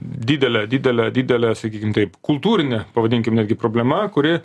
didelė didelė didelė sakykim taip kultūrinė pavadinkim netgi problema kuri